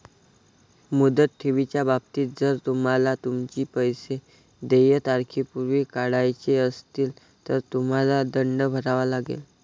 मुदत ठेवीच्या बाबतीत, जर तुम्हाला तुमचे पैसे देय तारखेपूर्वी काढायचे असतील, तर तुम्हाला दंड भरावा लागेल